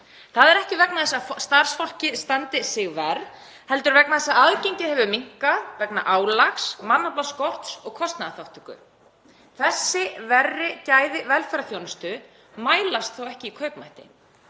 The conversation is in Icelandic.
Það er ekki vegna þess að starfsfólkið standi sig verr heldur vegna þess að aðgengi hefur minnkað vegna álags, mannaflaskorts og kostnaðarþátttöku. Þessi verri gæði velferðarþjónustu mælast þó ekki í kaupmætti.